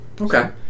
Okay